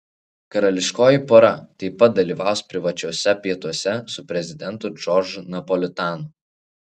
karališkoji pora taip pat dalyvaus privačiuose pietuose su prezidentu džordžu napolitanu